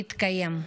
להתקיים.